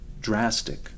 drastic